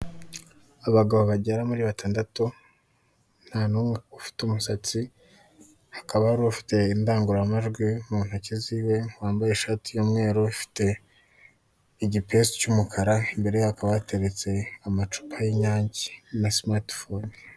Abantu bari kukazu mu inzu igurisha amayinite, abayobozi noneho bagiye nko kubikuza cyangwa kubitsa cyangwa kugura ikarita yo guha....